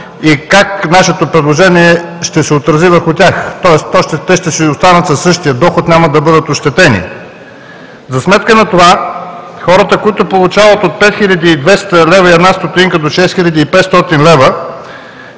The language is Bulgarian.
и как нашето предложение ще се отрази върху тях! Тоест те ще си останат със същия доход и няма да бъдат ощетени. За сметка на това хората, които получават от 3 хил. 900 лв. и една стотинка до 5 хил.